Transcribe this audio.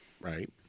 Right